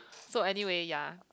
so anyway ya